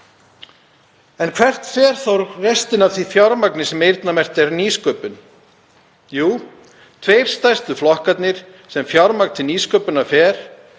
En hvert fer þá restin af því fjármagni sem er eyrnamerkt nýsköpun? Jú, tveir stærstu flokkarnir sem fjármagn til nýsköpunar fer